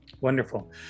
Wonderful